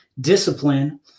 discipline